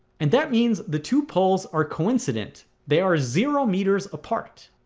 and that means the two pole are coincident. there are zero meters apart